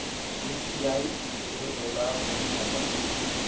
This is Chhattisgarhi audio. यू.पी.आई से मोला कौन फायदा होही?